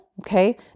Okay